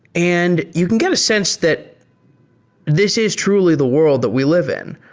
and you can get a sense that this is truly the world that we live in.